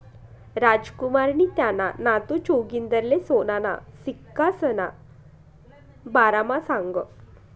रामकुमारनी त्याना नातू जागिंदरले सोनाना सिक्कासना बारामा सांगं